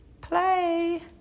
play